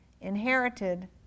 inherited